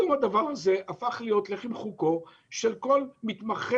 היום הדבר הזה הפך להיות לחם חוקו של כל מתמחה